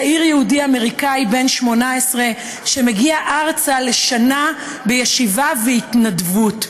צעיר יהודי אמריקאי בן 18 שבא ארצה לשנה לישיבה והתנדבות.